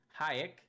Hayek